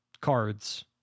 cards